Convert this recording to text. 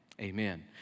Amen